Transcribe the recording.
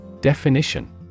Definition